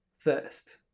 First